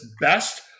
best